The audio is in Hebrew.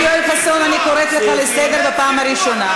ולאחר מכן תחכה עד 60 יום להגשת הצעת חוק ממשלתית.